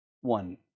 one